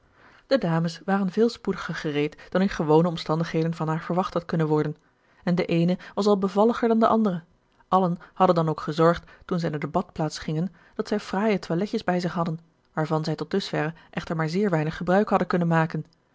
de dames waren veel spoediger gereed dan in gewone omstandigheden van haar verwacht had kunnen worden en de eene was al bevalliger dan de andere allen hadden dan ook gezorgd toen zij naar de badplaats gingen dat zij fraaie toiletjes bij zich hadden waarvan zij tot dusverre echter maar zeer weinig gebruik hadden kunnen maken